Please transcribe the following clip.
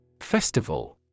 Festival